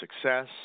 success